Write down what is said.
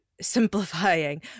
simplifying